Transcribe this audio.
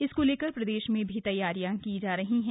इसको लेकर प्रदेश में भी तैयारियां की गई है